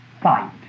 fight